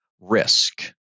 risk